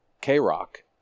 k-rock